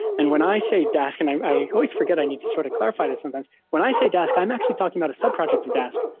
and when i say dask, and i i always forget i need to sort of clarify that sometimes when i say dask, i'm actually talking about a subproject of dask,